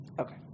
Okay